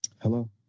Hello